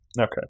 Okay